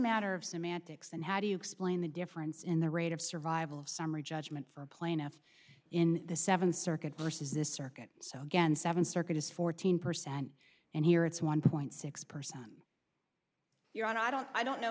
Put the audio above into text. matter of semantics and how do you explain the difference in the rate of survival of summary judgment for a plaintiff in the seventh circuit versus this circuit so again seventh circuit is fourteen percent and here it's one point six percent you're on i don't i don't know